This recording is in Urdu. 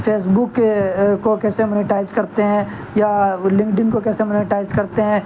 فیسبک کو کیسے مونیٹائز کرتے ہیں یا لنگڈن کو کیسے مونیٹائز کرتے ہیں